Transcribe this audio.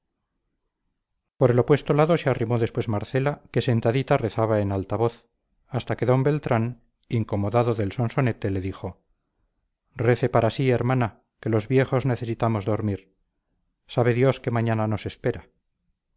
por el opuesto lado se arrimó después marcela que sentadita rezaba en alta voz hasta que d beltrán incomodado del sonsonete le dijo rece para sí hermana que los viejos necesitamos dormir sabe dios qué mañana nos espera